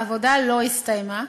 העבודה לא הסתיימה,